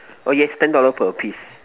oh yes ten dollar per piece